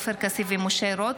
עופר כסיף ומשה רוט